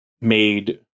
made